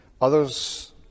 Others